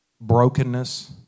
brokenness